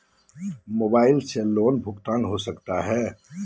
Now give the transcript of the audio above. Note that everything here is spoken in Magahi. मोबाइल से लोन भुगतान हो सकता है?